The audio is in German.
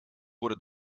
wurde